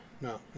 no